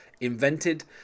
invented